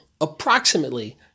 approximately